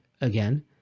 again